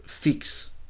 fix